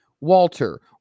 Walter